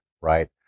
right